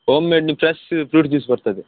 ohm made fresh fruit juice ಬರ್ತದೆ